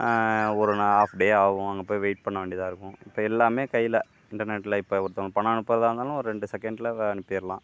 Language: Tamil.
ஒரு ஹால்ப் டே ஆகும் அங்கே போய் வெயிட் பண்ண வேண்டியதாக இருக்கும் இப்போ எல்லாம் கையில் இன்டர்நெட்டில் இப்போ ஒருத்தங்க பணம் அனுப்புறதாக இருந்தாலும் ஒரு ரெண்டு செகண்டில் அனுப்பிடலாம்